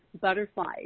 butterflies